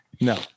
No